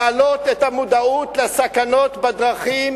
להעלות את המודעות לסכנות בדרכים